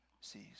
sees